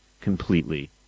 completely